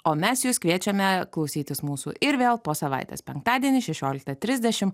o mes jus kviečiame klausytis mūsų ir vėl po savaitės penktadienį šešioliktą trisdešim